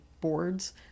boards